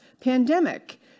pandemic